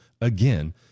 again